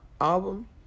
album